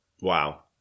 Wow